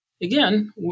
again